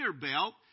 belt